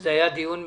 שזה היה דיון מקצועי.